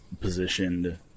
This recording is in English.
positioned